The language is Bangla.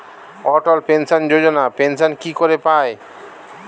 অটল পেনশন যোজনা পেনশন কি করে পায়?